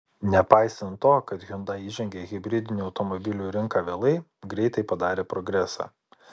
nepaisant to kad hyundai įžengė į hibridinių automobilių rinką vėlai greitai padarė progresą